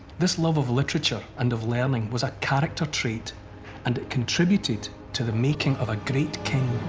this love of literature and of learning was a character trait and it contributed to the making of a great king.